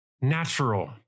natural